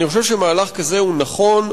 אני חושב שמהלך כזה הוא נכון,